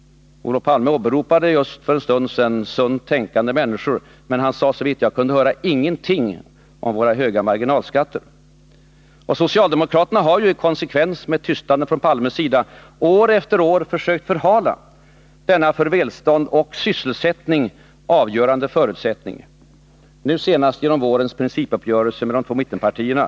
Olof Palme åberopade för en stund sedan sunt tänkande människor, men han sade såvitt jag kunde höra ingenting om våra höga marginalskatter. Socialdemokraterna har i konsekvens med denna tystnad från Olof Palmes sida år efter år försökt förhala denna för välstånd och sysselsättning avgörande förutsättning, nu senast genom vårens principuppgörelse med de två mittenpartierna.